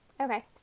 Okay